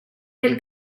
del